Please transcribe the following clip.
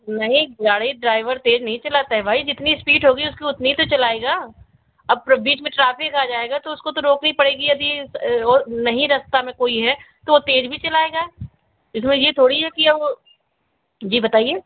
नहीं गाड़ी ड्राइवर तेज नहीं चलाता है भाई जितनी स्पीड होगी उसकी उतनी तो चलाएगा अब बीच में ट्राफिक आ जाएगा तो उसको तो रोकनी पड़ेगी यदि और नहीं रस्ता में कोई है तो वो तेज भी चलाएगा इसमें ये थोड़ी है कि वो जी बताइए